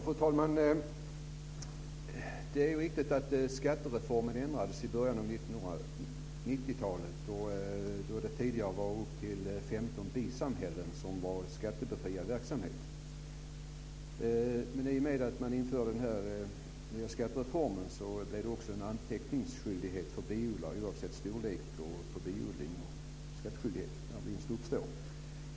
Fru talman! Det är riktigt att skattereformen ändrades i början av 1990-talet. Tidigare var upp till 15 bisamhällen skattebefriad verksamhet. Men i och med att man införde den nya skattereformen blev det också en anteckningsskyldighet för biodlare, oavsett storlek på biodling, och skattskyldighet när vinst uppstår.